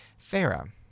Farah